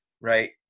right